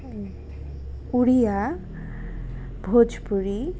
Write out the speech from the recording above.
Oriya Bhojpuri